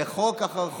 וחוק אחר חוק,